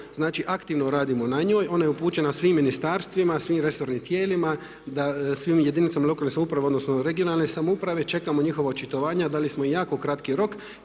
smo, aktivno radimo na njoj. Ona je upućena svim ministarstvima, svim resornim tijelima, da svim jedinicama lokalne samouprave odnosno regionalne samouprave čekamo njihova očitovanja, dali smo jako kratki rok.